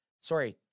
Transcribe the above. Sorry